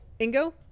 ingo